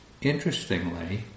interestingly